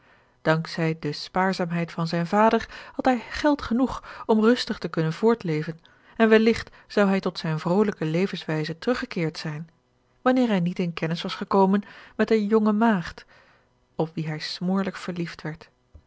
zij der spaarzaamheid van zijn vader had hij geld genoeg om rustig te kunnen voortleven en welligt zou hij tot zijne vrolijke levenswijze terruggekeerd zijn wanneer hij niet in kennis was gekomen met eene jonge maagd op wie hij smoorlijk verliefd werd